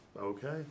okay